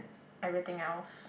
everything else